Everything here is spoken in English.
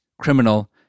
criminal